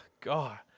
God